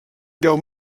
deu